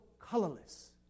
colorless